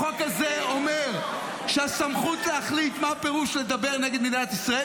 החוק הזה אומר שהסמכות להחליט מה פירוש לדבר נגד מדינת ישראל